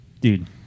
Dude